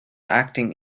acting